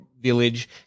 village